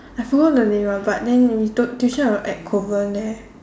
I forgot the name ah but then when we took tuition was at Kovan there